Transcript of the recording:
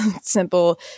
simple